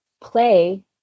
play